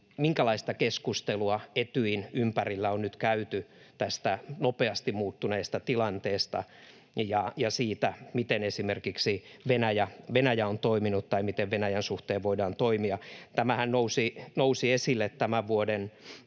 minkälaista keskustelua Etyjin ympärillä on nyt käyty tästä nopeasti muuttuneesta tilanteesta ja siitä, miten esimerkiksi Venäjä on toiminut tai miten Venäjän suhteen voidaan toimia. Tämähän nousi esille tämän vuoden